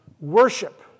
worship